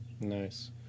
Nice